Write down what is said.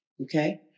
Okay